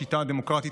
השיטה הדמוקרטית,